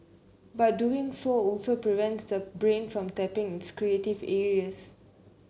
but doing so also prevents the brain from tapping its creative areas